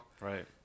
right